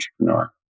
entrepreneur